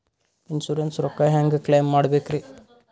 Insurance ರೊಕ್ಕ ಹೆಂಗ claim ಮಾಡ್ಬೇಕ್ರಿ?